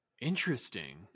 Interesting